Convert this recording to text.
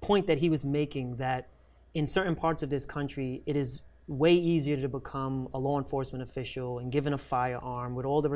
point that he was making that in certain parts of this country it is way easier to become a law enforcement official and given a firearm with all the